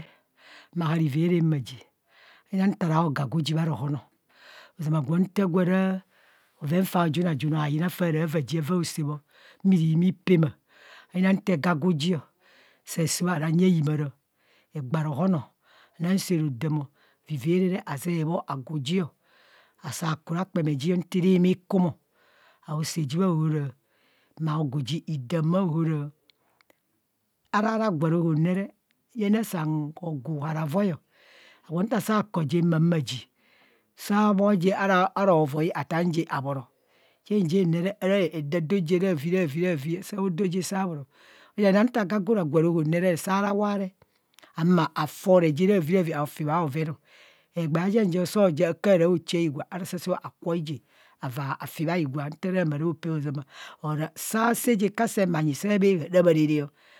Maa ha ivere ma ji a yina nta rao gagu ji bha rohen ọ ozama gwa nta raa bhoven fao junajune hayina faa ra vaa ji avaa saa bho nti ra himi pama eyina nte gagu ji, sa saa bho ara nye imaa ro, egba rohon o ena saa rodam o avaa ivere azee bho agu ji o, asaa kure akpeme je nti rii mi kum o, aosaa ji bhaohora aogu je idam bhaohara. Ara ragwa roham ne re jenne saan hogu haravoi ọ agwa nta saa ko je ma ji cao bhu je ora hovoi ataa je abhoro, jen jen re ara dadoo je ravi, ravi ravi o. Saado je saa bhoro ayina yina nto gagu ra gwa rohom re saa ra waree alwma foree je ravi ravi aofi bhaoven ọ egbee ajen ja karaa o chaa rugova asaa saa bho ara kwoi je ovaa fi bhi gwa nta raa maa ropema bhenyi saa bhaa haa raa peema